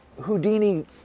Houdini